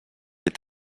est